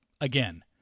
again